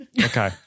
Okay